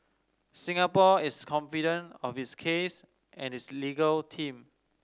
Singapore is confident of its case and its legal team